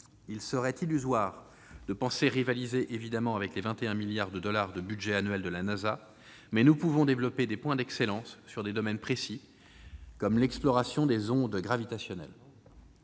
Il serait illusoire de penser rivaliser avec les 21 milliards de dollars de budget annuel de la NASA, mais nous pouvons développer des points d'excellence dans des domaines précis, comme l'exploration des ondes gravitationnelles.